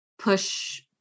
push